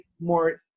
more